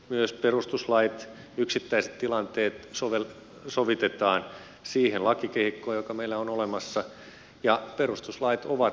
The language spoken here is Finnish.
myös perustuslait yksittäiset tilanteet sovitetaan siihen lakikehikkoon joka meillä on olemassa ja perustuslait ovat osa tätä kehikkoa